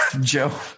Joe